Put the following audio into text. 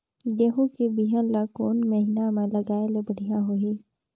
गहूं के बिहान ल कोने महीना म लगाय ले बढ़िया होही?